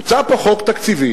מוצע פה חוק תקציבי.